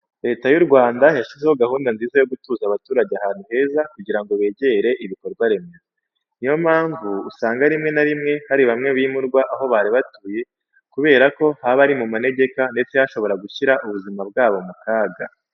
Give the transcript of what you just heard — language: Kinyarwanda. Leta y'u Rwanda yashyizeho gahunda nziza yo gutuza abaturage ahantu heza kugira ngo begere ibikorwa remezo. Niyo mpamvu usanga rimwe na rimwe hari bamwe bimurwa aho bari batuye kubera ko haba ari mu manegeka ndetse hashobora gushyira ubuzima bwabo mu kaga.